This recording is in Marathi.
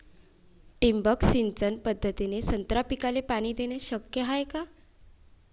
ठिबक सिंचन पद्धतीने संत्रा पिकाले पाणी देणे शक्य हाये का?